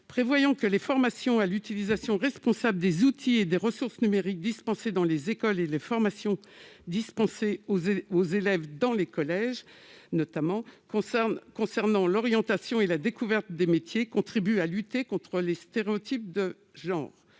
prévoyaient que les formations à l'utilisation responsable des outils et des ressources numériques dispensées dans les écoles et les formations dispensées aux élèves dans les collèges, notamment concernant l'orientation et la découverte des métiers, contribuent à lutter contre les stéréotypes de genre.